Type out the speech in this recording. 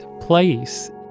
place